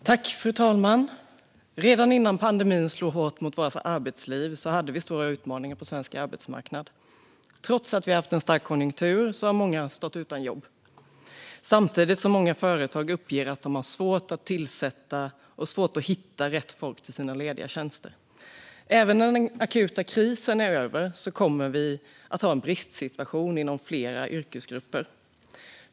Fru talman! Redan innan pandemin slog hårt mot vårt arbetsliv hade vi stora utmaningar på svensk arbetsmarknad. Trots att vi har haft en stark konjunktur har många stått utan jobb, samtidigt som många företag uppger att de har svårt att tillsätta sina lediga tjänster och svårt att hitta rätt folk till dem. Även när den akuta krisen är över kommer vi att ha en bristsituation inom flera yrkesgrupper.